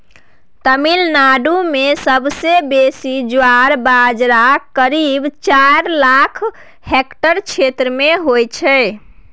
तमिलनाडु मे सबसँ बेसी ज्वार बजरा करीब चारि लाख हेक्टेयर क्षेत्र मे होइ छै